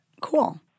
Cool